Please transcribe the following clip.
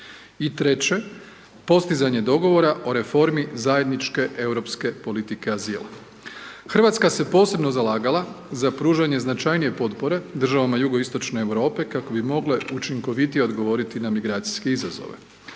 treće, postizanje dogovora o Reformi zajedničke europske politike azila. RH se posebno zalagala za pružanje značajnije potpore državama Jugoistočne Europe kako bi mogle učinkovitije odgovoriti na migracijske izazove.